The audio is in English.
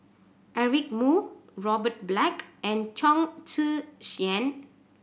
Eric Moo Robert Black and Chong Tze Chien